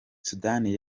sudani